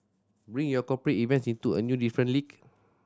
bring your cooperate events into a new different league